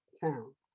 Town